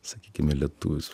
sakykime lietuvis